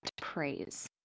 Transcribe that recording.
praise